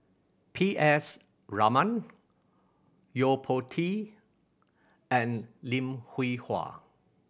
P S Raman Yo Po Tee and Lim Hwee Hua